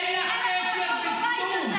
אין לך קשר בכלום.